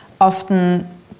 often